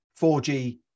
4G